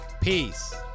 Peace